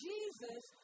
Jesus